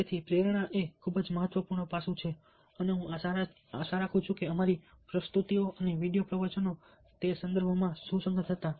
તેથી પ્રેરણા એ ખૂબ જ મહત્વપૂર્ણ પાસું છે અને હું આશા રાખું છું કે અમારી પ્રસ્તુતિઓ અને વિડિયો પ્રવચનો તે સંદર્ભોમાં સુસંગત હતા